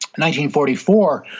1944